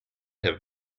have